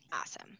Awesome